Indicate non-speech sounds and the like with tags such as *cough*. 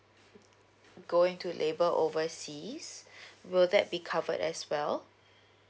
go into labour overseas *breath* will that be covered as well